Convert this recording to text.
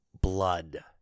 Blood